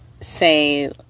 say